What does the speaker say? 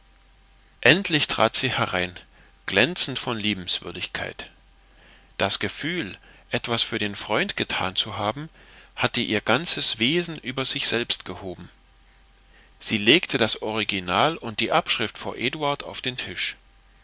endlich trat sie herein glänzend von liebenswürdigkeit das gefühl etwas für den freund getan zu haben hatte ihr ganzes wesen über sich selbst gehoben sie legte das original und die abschrift vor eduard auf den tisch